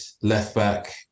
left-back